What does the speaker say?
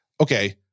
okay